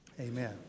amen